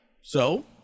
So-